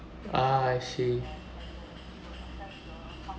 ah I see